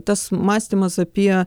tas mąstymas apie